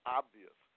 obvious